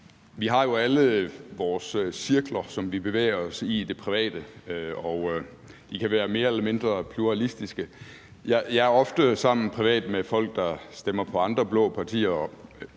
Vi har jo alle vores cirkler, som vi bevæger os i, i det private, og de kan være mere eller mindre pluralistiske. Jeg er ofte privat sammen med folk, der stemmer på andre blå partier,